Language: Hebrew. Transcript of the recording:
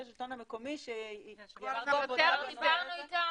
השלטון המקומי ש --- כבר דיברנו אותם,